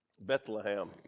Bethlehem